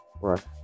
Right